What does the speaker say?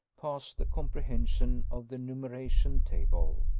pass the comprehension of the numeration table.